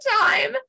time